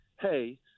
hey